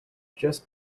just